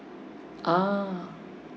ah